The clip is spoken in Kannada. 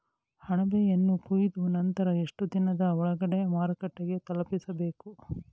ಅಣಬೆಯನ್ನು ಕೊಯ್ದ ನಂತರ ಎಷ್ಟುದಿನದ ಒಳಗಡೆ ಮಾರುಕಟ್ಟೆ ತಲುಪಿಸಬೇಕು?